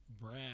Brad